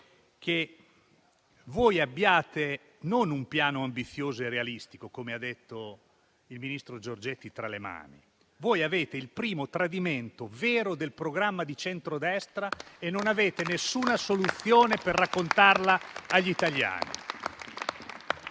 che voi non abbiate un piano ambizioso e realistico tra le mani, come ha detto il ministro Giorgetti. Voi avete il primo tradimento vero del programma di centrodestra e non avete alcuna soluzione per raccontarla agli italiani.